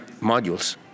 modules